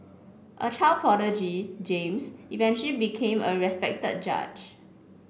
a child prodigy James eventually became a respected judge